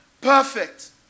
perfect